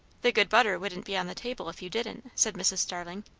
the good butter wouldn't be on the table if you didn't, said mrs. starling.